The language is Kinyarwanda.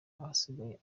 ahasigaye